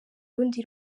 rundi